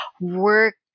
work